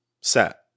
set